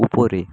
উপরে